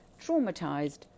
traumatized